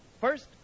First